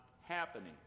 happening